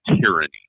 tyranny